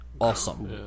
awesome